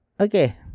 okay